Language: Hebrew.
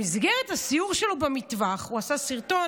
במסגרת הסיור שלו במטווח הוא עשה סרטון,